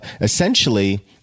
Essentially